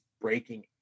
breaking